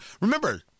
Remember